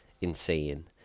insane